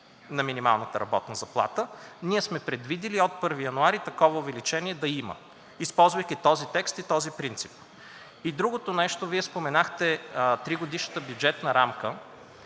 на минималната работна заплата, а ние сме предвидили от 1 януари такова увеличение да има, използвайки този текст и този принцип. И друго нещо – Вие споменахте тригодишната бюджетна рамка.